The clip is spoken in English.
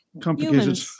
complicated